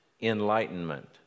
enlightenment